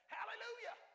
Hallelujah